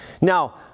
Now